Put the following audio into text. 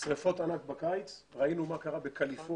שריפות ענק בקיץ וראינו מה קרה בקליפורניה,